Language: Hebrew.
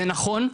זה נכון,